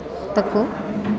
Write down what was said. ତାକୁ